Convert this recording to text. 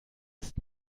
ist